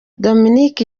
dominic